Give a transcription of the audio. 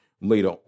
later